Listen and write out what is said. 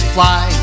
fly